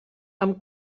amb